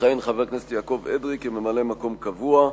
יכהן חבר הכנסת יעקב אדרי כממלא-מקום קבוע.